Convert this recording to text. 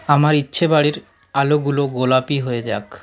আমার ইচ্ছে বাড়ির আলোগুলো গোলাপি হয়ে যাক